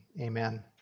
Amen